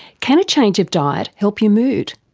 can a change of diet help your mood?